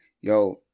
yo